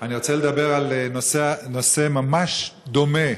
אני רוצה לדבר על נושא ממש דומה,